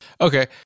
Okay